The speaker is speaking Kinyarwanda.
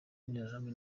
n’interahamwe